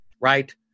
right